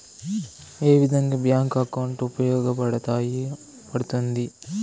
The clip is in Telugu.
ఏ విధంగా బ్యాంకు అకౌంట్ ఉపయోగపడతాయి పడ్తుంది